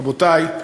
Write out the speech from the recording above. רבותי,